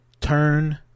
Turn